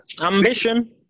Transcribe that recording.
ambition